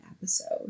episode